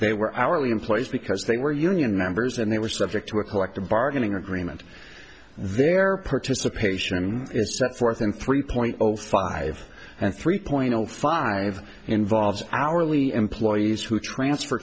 they were hourly employees because they were union members and they were subject to a collective bargaining agreement their participation in forth and three point zero five and three point zero five involves hourly employees who transfer